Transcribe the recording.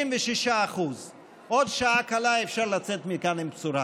56%. 56%. עוד שעה קלה אפשר לצאת מכאן עם בשורה,